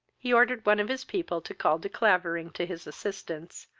he ordered one of his people to call de clavering to his assistance,